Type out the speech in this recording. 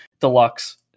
Deluxe